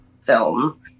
film